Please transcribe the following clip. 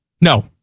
No